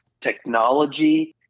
technology